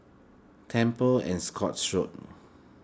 Temple and Scotts Road